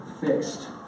fixed